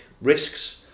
risks